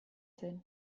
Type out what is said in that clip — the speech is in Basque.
zen